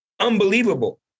unbelievable